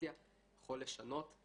המוטיבציה יכול לשנות.